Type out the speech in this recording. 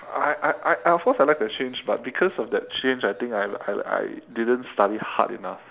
I I I I of cause I like the change but because of that change I think I I I didn't study hard enough